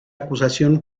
acusación